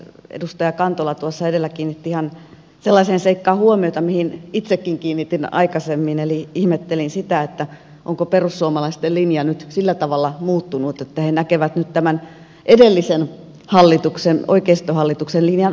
edustaja kantola tuossa edellä kiinnitti sellaiseen seikkaan huomiota mihin itsekin kiinnitin aikaisemmin eli ihmettelin sitä onko perussuomalaisten linja nyt sillä tavalla muuttunut että he näkevät nyt tämän edellisen hallituksen oikeistohallituksen linjan oikeana